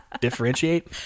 differentiate